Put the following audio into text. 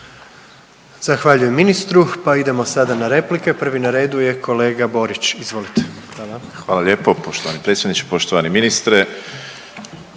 Zahvaljujem ministru, pa idemo sada na replike. Prvi na redu je kolega Borić, izvolite. **Borić, Josip (HDZ)** Hvala lijepo poštovani predsjedniče. Poštovani ministre,